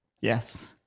Yes